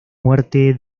muerte